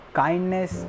kindness